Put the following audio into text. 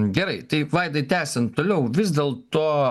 gerai tai vaidai tęsiant toliau vis dėlto